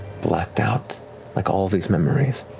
blacked out like all these memories.